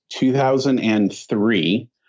2003